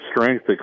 strength